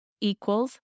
equals